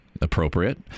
Appropriate